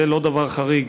זה לא דבר חריג.